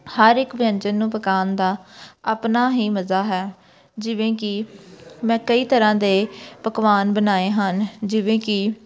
ਹਰ ਇੱਕ ਵਿਅੰਜਨ ਨੂੰ ਪਕਾਉਣ ਦਾ ਆਪਣਾ ਹੀ ਮਜ਼ਾ ਹੈ ਜਿਵੇਂ ਕਿ ਮੈਂ ਕਈ ਤਰ੍ਹਾਂ ਦੇ ਪਕਵਾਨ ਬਣਾਏ ਹਨ ਜਿਵੇਂ ਕਿ